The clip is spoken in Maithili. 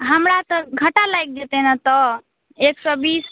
हमरा तऽ घाटा लागि जेतै ने तऽ एक सए बीस